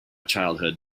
childhood